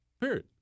period